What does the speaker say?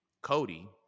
Cody